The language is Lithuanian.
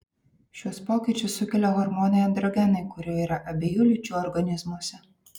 šiuos pokyčius sukelia hormonai androgenai kurių yra abiejų lyčių organizmuose